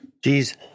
Jeez